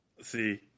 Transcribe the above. See